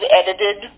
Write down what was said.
edited